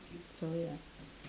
sorry ah